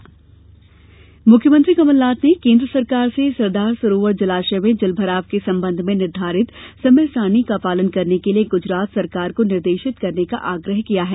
मुख्यमंत्री बांध मुख्यमंत्री कमलनाथ ने केन्द्र सरकार से सरदार सरोवर जलाशय में जल भराव के संबंध में निर्धारित समय सारिणी का पालन करने के लिए गुजरात सरकार को निर्देशित करने का आग्रह किया है